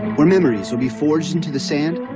where memories will be forged into the sand